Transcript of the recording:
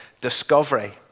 discovery